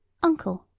uncle,